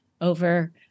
over